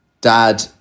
Dad